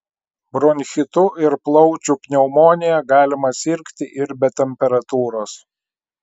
bronchitu ir plaučių pneumonija galima sirgti ir be temperatūros